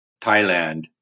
Thailand